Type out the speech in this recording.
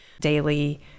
daily